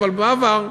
אבל בעבר,